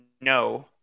no